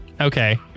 okay